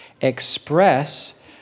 express